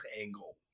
angle